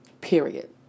Period